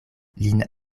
lin